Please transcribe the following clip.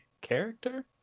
character